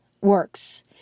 works